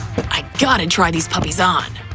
i gotta try these puppies on